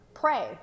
Pray